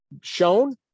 shown